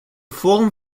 vorm